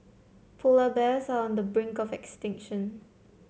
polar bears are on the brink of extinction